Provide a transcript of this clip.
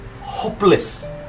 hopeless